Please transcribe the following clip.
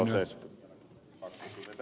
arvoisa puhemies